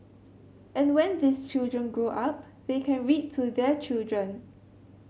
and when these children grow up they can read to their children